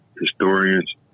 historians